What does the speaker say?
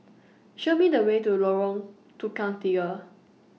Show Me The Way to Lorong Tukang Tiga